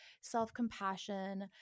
self-compassion